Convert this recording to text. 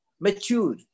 Mature